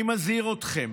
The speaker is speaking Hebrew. אני מזהיר אתכם: